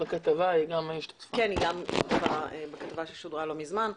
היא גם השתתפה בכתבה ששודרה לא מזמן.